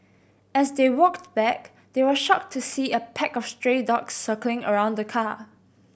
as they walked back they were shocked to see a pack of stray dogs circling around the car